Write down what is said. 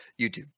YouTube